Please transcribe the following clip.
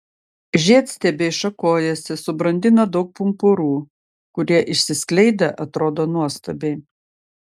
žiedstiebiai šakojasi subrandina daug pumpurų kurie išsiskleidę atrodo nuostabiai